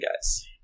guys